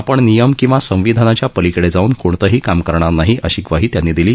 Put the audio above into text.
आपण नियम किंवा संविधानाच्या पलिकडे जाऊन कोणतंही काम करणार नाही अशी ग्वाही त्यांनी दिली